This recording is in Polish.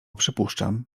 przypuszczam